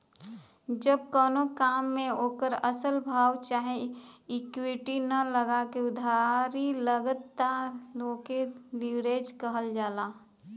जब कउनो काम मे ओकर असल भाव चाहे इक्विटी ना लगा के उधारी लगला त ओके लीवरेज कहल जाला